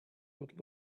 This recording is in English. would